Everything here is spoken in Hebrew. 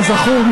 כזכור,